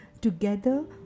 Together